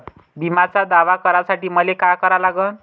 बिम्याचा दावा करा साठी मले का करा लागन?